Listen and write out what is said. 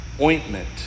ointment